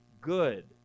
good